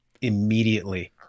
immediately